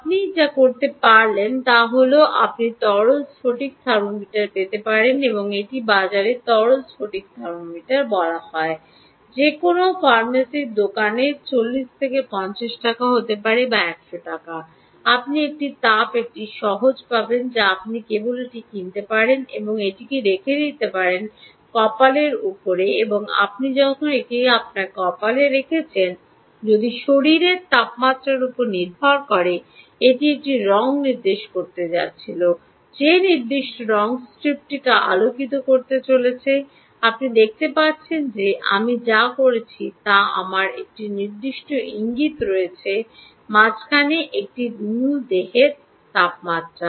আপনি যা করতে পারলেন তা হল আপনি তরল স্ফটিক থার্মোমিটার পেতে পারেন এটি বাজারে তরল স্ফটিক থার্মোমিটার বলা হয় যে কোনও ফার্মাসির দোকানে 40 50 Rupee বা হতে পারে 100 টাকা আপনি একটি তাপ একটি সহজ পাবেন যা আপনি কেবল এটি কিনতে পারেন এবং এটি রেখে দিতে পারেন তোমার উপর কপাল এখন আপনি যখন এটি আপনার কপালে রেখেছেন যদি শরীরের তাপমাত্রার উপর নির্ভর করে এটি একটি রঙ নির্দেশ করে যাচ্ছিল যে নির্দিষ্ট রঙটি স্ট্রিপটিতে আলোকিত হতে চলেছে আপনি দেখতে পাচ্ছেন যে আমি যা করেছি তা আমার একটি নির্দিষ্ট ইঙ্গিত রয়েছে মাঝখানে একটির মূল দেহের তাপমাত্রা